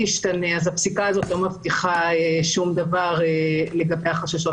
ישתנה אז הפסיקה הזאת לא מבטיחה שום דבר לגבי החששות